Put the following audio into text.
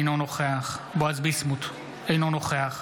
אינו נוכח בועז ביסמוט, אינו נוכח